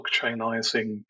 blockchainizing